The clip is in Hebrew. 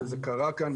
וזה קרה כאן עכשיו.